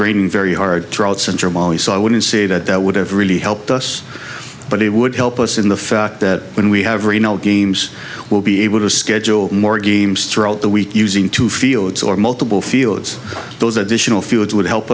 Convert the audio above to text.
raining very hard trot syndrome ali so i wouldn't say that that would have really helped us but it would help us in the fact that when we have reno games will be able to schedule more games throughout the week using two fields or multiple fields those additional few it would help